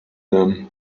them